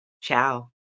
Ciao